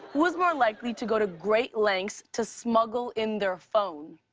who is more likely to go to great lengths to smuggle in their phone?